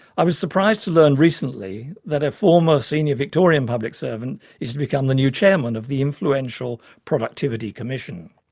i was surprised to learn recently that a former senior victorian public servant is to become the new chairman of the influential productivity commission.